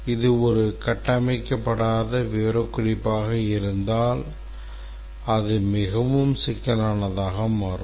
இது ஒரு கட்டமைக்கப்படாத விவரக்குறிப்பாக இருந்தால் அது மிகவும் சிக்கலானதாக மாறும்